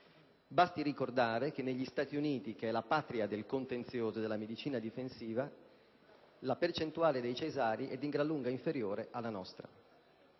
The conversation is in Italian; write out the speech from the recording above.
Basti ricordare che negli Stati Uniti, che sono la patria del contenzioso e della medicina difensiva, la percentuale dei parti cesarei è di gran lunga inferiore alla nostra.